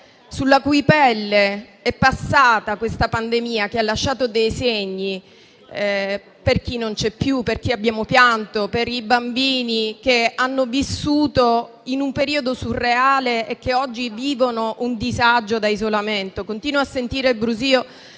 sulla cui pelle è passata questa pandemia che ha lasciato dei segni per chi non c'è più, per chi abbiamo pianto, per i bambini che hanno vissuto in un periodo surreale e che oggi vivono un disagio da isolamento... *(Brusìo)*. Continuo a sentire brusìo